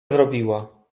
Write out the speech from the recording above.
zrobiła